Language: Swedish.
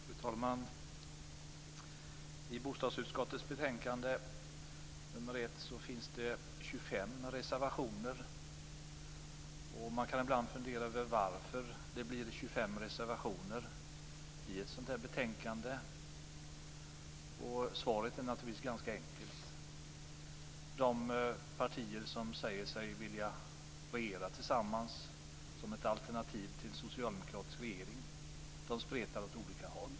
Fru talman! I bostadsutskottets betänkande nr 1 finns det 25 reservationer. Man kan ibland fundera över varför det blir 25 reservationer i ett sådant här betänkande. Svaret är naturligtvis ganska enkelt. De partier som säger sig vilja regera tillsammans som ett alternativ till en socialdemokratisk regering spretar åt olika håll.